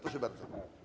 Proszę bardzo.